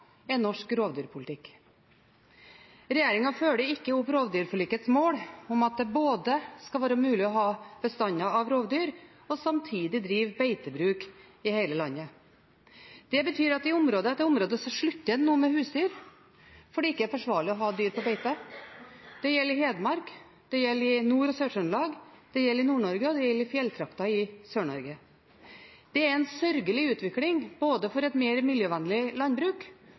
norsk rovdyrpolitikk. Regjeringen følger ikke opp rovdyrforlikets mål om at det skal være mulig både å ha bestander av rovdyr og samtidig drive beitebruk i hele landet. Det betyr at i område etter område slutter en nå med husdyr fordi det ikke er forsvarlig å ha dyr på beite. Det gjelder i Hedmark, det gjelder i Nord-Trøndelag og i Sør-Trøndelag, det gjelder i Nord-Norge, og det gjelder i fjelltrakter i Sør-Norge. Det er en sørgelig utvikling for et mer miljøvennlig landbruk